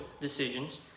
decisions